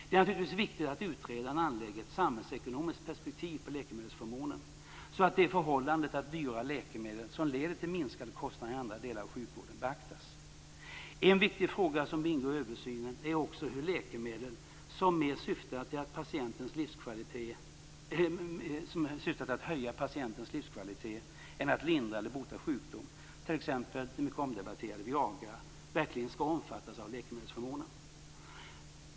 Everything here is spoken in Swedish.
Det är naturligtvis viktigt att utredaren anlägger ett samhällsekonomiskt perspektiv på läkemedelsförmånen så att det här förhållandet med dyra läkemedel som leder till minskade kostnader i andra delar av sjukvården beaktas. En annan viktig fråga som ingår i översynen gäller huruvida läkemedel som mer syftar till att höja patientens livskvalitet än till att lindra eller bota sjukdom, t.ex. det mycket omdebatterade Viagra, verkligen skall omfattas av läkemedelsförmånen.